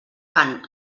fan